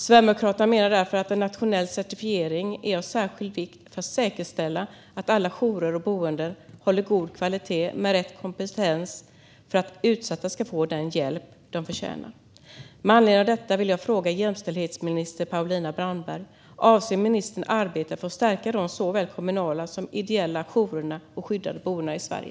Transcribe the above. Sverigedemokraterna menar därför att en nationell certifiering är av särskild vikt för att säkerställa att alla jourer och boenden håller god kvalitet med rätt kompetens för att utsatta ska få den hjälp de förtjänar. Med anledning av detta vill jag fråga jämställdhetsminister Paulina Brandberg om hon avser att arbeta för att stärka de kommunala såväl som de ideella jourerna och skyddade boendena i Sverige.